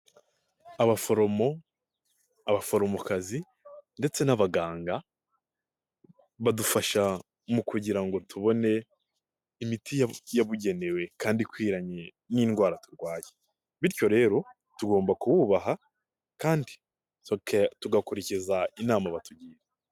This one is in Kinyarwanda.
Abaforomo, abaforomokazi ndetse n'abaganga, badufasha mu kugira ngo tubone imiti yabugenewe kandi ikwiranye n'indwara turwaye bityo rero tugomba kubuwubaha kandi tugakurikiza inama batugira.